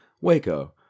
waco